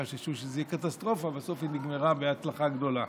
חששו שזו תהיה קטסטרופה ובסוף היא נגמרה בהצלחה גדולה.